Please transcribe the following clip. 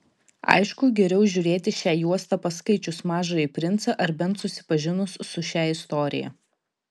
aišku geriau žiūrėti šią juostą paskaičius mažąjį princą ar bent susipažinus su šia istorija